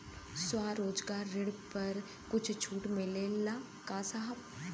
स्वरोजगार ऋण पर कुछ छूट मिलेला का साहब?